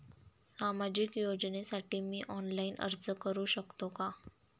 सामाजिक योजनेसाठी मी ऑनलाइन अर्ज करू शकतो का?